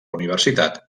universitat